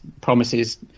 promises